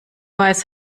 weiß